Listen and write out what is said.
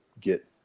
get